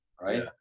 right